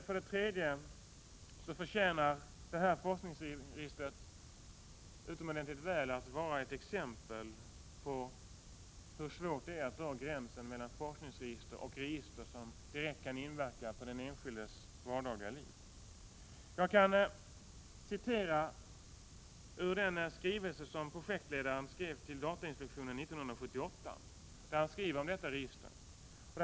För det tredje förtjänar det här forskningsregistret utomordenligt väl att vara exempel på hur svårt det är att dra gränsen mellan forskningsregister och register som direkt kan inverka på den enskildes vardagliga liv. Jag kan citera ur den skrivelse som projektledaren skrev till datainspektionen 1978.